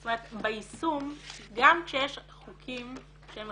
--- זאת אומרת, ביישום גם כשיש חוקים שמחוקקים,